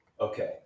Okay